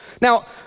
Now